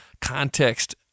context